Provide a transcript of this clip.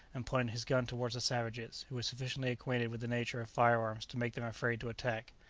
and pointed his gun towards the savages, who were sufficiently acquainted with the nature of fire-arms to make them afraid to attack